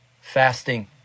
Fasting